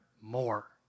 more